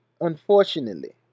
unfortunately